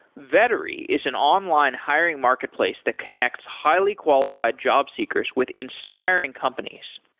vettery is an online hiring marketplace that connects highly qualified job seekers with inspiring companies.